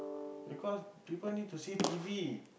because people need to see T_V